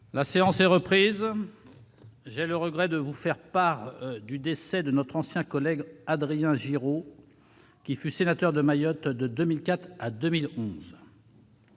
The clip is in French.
La séance est reprise. J'ai le regret de vous faire part du décès de notre ancien collègue Adrien Giraud, qui fut sénateur de Mayotte de 2004 à 2011.